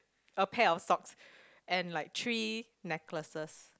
a pair of socks and like three necklaces